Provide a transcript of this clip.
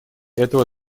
этого